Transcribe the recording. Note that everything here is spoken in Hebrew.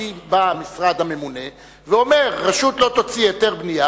בא המשרד הממונה ואומר: רשות לא תוציא היתר בנייה